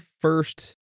first